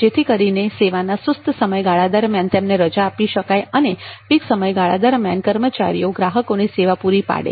જેથી કરીને સેવાના સુસ્ત સમયગાળા દરમ્યાન તેમને રજા આપી શકાય અને પીક સમયગાળામાં કર્મચારીઓ ગ્રાહકોને સેવા પૂરી પાડે